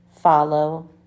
Follow